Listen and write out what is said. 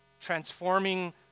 transforming